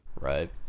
Right